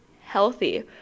healthy